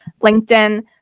LinkedIn